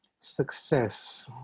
Success